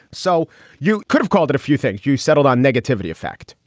so you could have called it a few things. you settled on negativity effect,